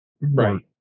right